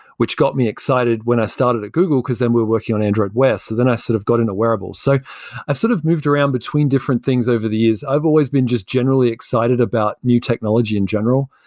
which got me excited when i started at google because then we were working on android wear. so then i sort of got into wearables so i've sort of moved around between different things over the years. i've always been just generally excited about new technology in general.